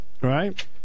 right